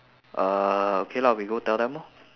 uh okay lah we go tell them lor